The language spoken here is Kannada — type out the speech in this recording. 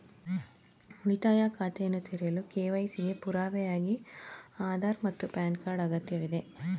ಉಳಿತಾಯ ಖಾತೆಯನ್ನು ತೆರೆಯಲು ಕೆ.ವೈ.ಸಿ ಗೆ ಪುರಾವೆಯಾಗಿ ಆಧಾರ್ ಮತ್ತು ಪ್ಯಾನ್ ಕಾರ್ಡ್ ಅಗತ್ಯವಿದೆ